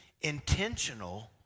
intentional